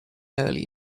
early